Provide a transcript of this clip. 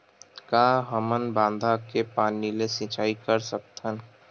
का हमन बांधा के पानी ले सिंचाई कर सकथन?